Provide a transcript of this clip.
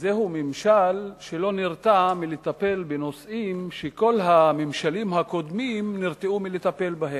וזה ממשל שלא נרתע מלטפל בנושאים שכל הממשלים הקודמים נרתעו מלטפל בהם.